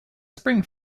spring